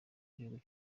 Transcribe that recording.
igihugu